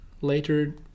later